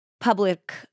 public